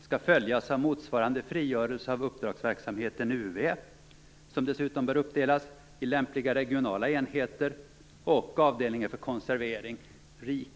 skall följas av motsvarande frigörelse av Uppdragsverksamheten, UV, som dessutom bör uppdelas i lämpliga regionala enheter, och avdelningen för konservering, RIK.